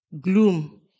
gloom